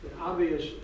obvious